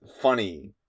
funny